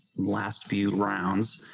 last few rounds,